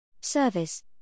service